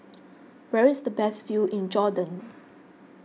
where is the best view in Jordan